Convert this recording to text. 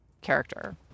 character